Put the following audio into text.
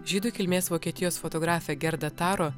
žydų kilmės vokietijos fotografė gerda taro